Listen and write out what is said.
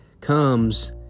comes